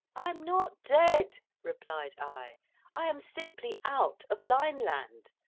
i am not dead, replied i i am simply out of lineland,